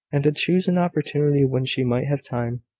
and to choose an opportunity when she might have time,